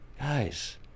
guys